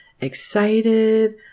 excited